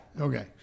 Okay